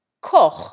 Koch